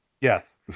Yes